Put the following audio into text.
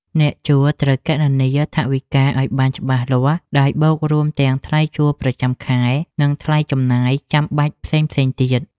អ្នកជួលត្រូវគណនាថវិកាឱ្យបានច្បាស់លាស់ដោយបូករួមទាំងថ្លៃជួលប្រចាំខែ និងថ្លៃចំណាយចាំបាច់ផ្សេងៗទៀត។